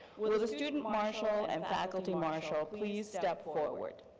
will the student marshall and faculty marshall please step forward?